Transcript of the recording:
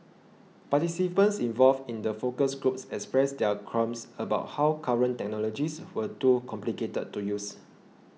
participants involved in the focus groups expressed their qualms about how current technologies were too complicated to use